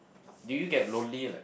do you get lonely like